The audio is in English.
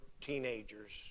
teenagers